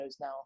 now